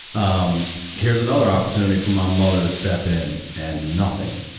um here's another opportunity for my mother to step in. and nothing.